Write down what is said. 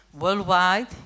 worldwide